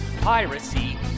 piracy